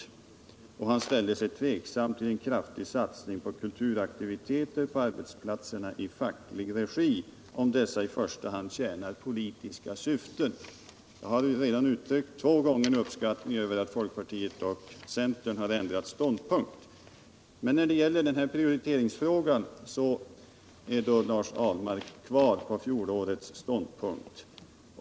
Gunnar Richardson ställde sig tveksam till en kraftig satsning på kulturaktiviteter på arbetsplatserna om sådana i första hand tjänade politiska syften. Folkpartiet och centern har nu ändrat ståndpunkt när det gäller denna fråga, och jag har vid två tillfällen uttryckt min uppskattning av det. När det gäller prioriteringsfrågan står emellertid Lars Ahlmark fast vid fjolårets ståndpunkt.